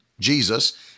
Jesus